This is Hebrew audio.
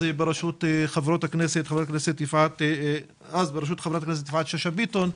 בזמנו בראשות חברת הכנסת יפעת שאשא ביטון,